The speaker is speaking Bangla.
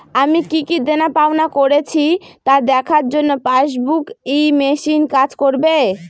আমি কি কি দেনাপাওনা করেছি তা দেখার জন্য পাসবুক ই মেশিন কাজ করবে?